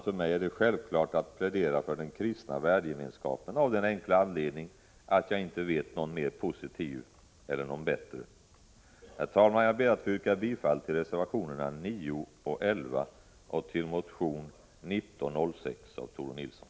För mig är det självklart att plädera för den kristna värdegemenskapen, av den enkla anledningen att jag inte vet någon mer positiv eller bättre. Herr talman! Jag ber att få yrka bifall till reservationerna 9 och 11 och till motion 1984/85:1906 av Tore Nilsson.